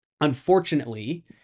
unfortunately